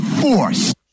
force